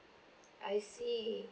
I see